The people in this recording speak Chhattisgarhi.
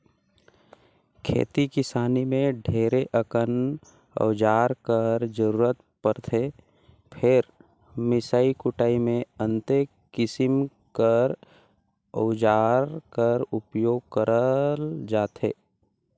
खेती किसानी मे ढेरे अकन अउजार कर जरूरत परथे फेर मिसई कुटई मे अन्ते किसिम कर अउजार कर उपियोग करल जाथे